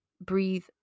breathe